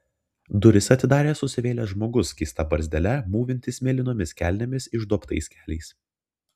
duris atidarė susivėlęs žmogus skysta barzdele mūvintis mėlynomis kelnėmis išduobtais keliais